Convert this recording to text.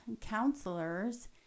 counselors